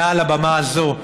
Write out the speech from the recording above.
מעל הבמה הזאת,